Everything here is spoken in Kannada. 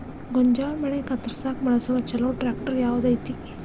ಗೋಂಜಾಳ ಬೆಳೆ ಕತ್ರಸಾಕ್ ಬಳಸುವ ಛಲೋ ಟ್ರ್ಯಾಕ್ಟರ್ ಯಾವ್ದ್ ಐತಿ?